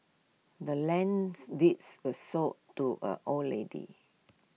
the land's deeds was sold to A old lady